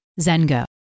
Zengo